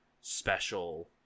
special